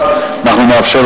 מיוחדת,